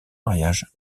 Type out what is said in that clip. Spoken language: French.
mariage